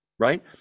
right